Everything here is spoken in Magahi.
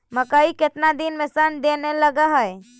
मकइ केतना दिन में शन देने लग है?